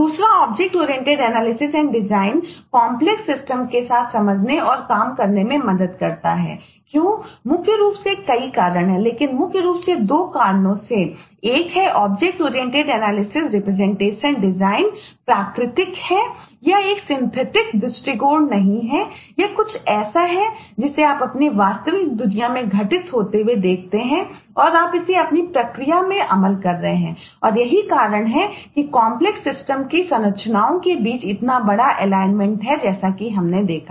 दूसरा object oriented analysis and design है जैसा कि हमने देखा